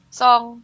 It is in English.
song